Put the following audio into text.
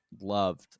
loved